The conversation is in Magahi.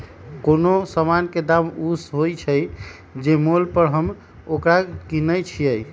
कोनो समान के दाम ऊ होइ छइ जे मोल पर हम ओकरा किनइ छियइ